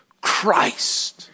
Christ